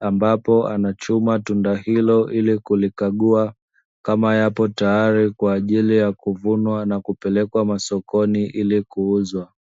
Ambapo anachuma tunda hilo ili kulikagua kama yapo tayari, kwa ajili ya kuvunwa na kupelekwa masokoni ili kuuzwa.